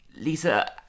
Lisa